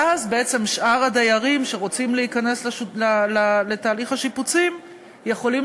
ואז בעצם שאר הדיירים שרוצים להצטרף לתהליך השיפוצים יכולים